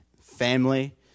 family